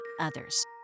others